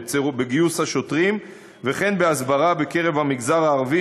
בגיוס השוטרים וכן בהסברה בקרב המגזר הערבי,